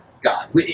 God